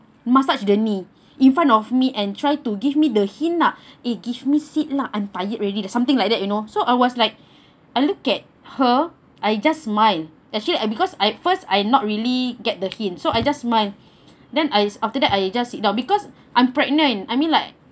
massage the knee in front of me and try to give me the hint lah eh give me seat lah I'm tired already something like that you know so I was like I look at her I just smile actually because I first I not really get the hint so I just smile then I after that I just sit down because I'm pregnant I mean like